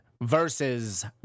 versus